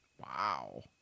Wow